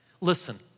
Listen